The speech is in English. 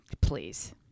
Please